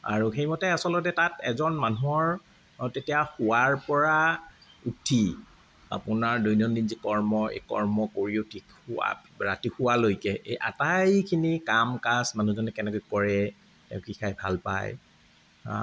আৰু সেইমতে আচলতে তাত এজন মানুহৰ তেতিয়া শোৱাৰ পৰা উঠি আপোনাৰ দৈনন্দিন যি কৰ্ম এই কৰ্ম কৰি উঠি শোৱা ৰাতি শোৱালৈকে আটাইখিনি কাম কাজ মানুহজনে কেনেকৈ কৰে তেওঁ কি খাই ভাল পায়